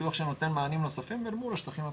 פיתוח שנותן מענים נוספים אל מול השטחים הפתוחים,